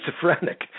schizophrenic